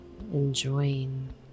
enjoying